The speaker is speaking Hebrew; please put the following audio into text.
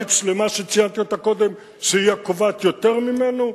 אין מערכת שלמה שציינתי אותה קודם שהיא הקובעת יותר ממנו,